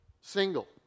single